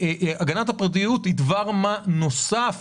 הגנת הפרטיות היא דבר מה נוסף